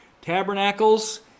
Tabernacles